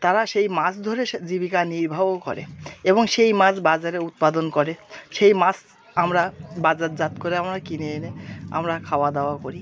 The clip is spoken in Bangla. তারা সেই মাছ ধরে সে জীবিকা নির্বাহও করে এবং সেই মাছ বাজারে উৎপাদন করে সেই মাছ আমরা বাজারজাত করে আমরা কিনে এনে আমরা খাওয়া দাওয়াও করি